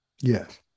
Yes